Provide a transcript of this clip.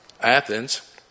Athens